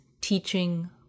teaching